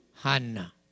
hanna